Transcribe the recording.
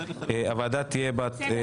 הוועדה תהיה בת 10